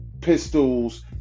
pistols